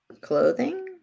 Clothing